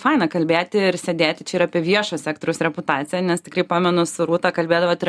faina kalbėti ir sėdėti čia ir apie viešo sektoriaus reputaciją nes tikrai pamenu su rūta kalbėdavot ir